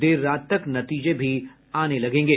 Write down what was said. देर रात तक नतीजे भी आने लगेंगे